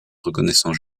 reconnaissant